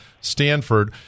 Stanford